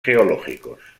geológicos